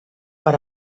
per